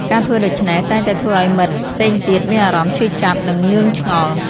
ការធ្វើដូច្នេះតែងតែធ្វើឱ្យមិត្តផ្សេងទៀតមានអារម្មណ៍ឈឺចាប់ និងងឿងឆ្ងល់។